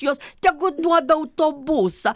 juos tegu duoda autobusą